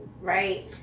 right